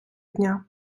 дня